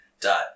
dot